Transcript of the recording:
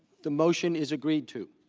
the motion is agreed to.